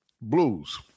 blues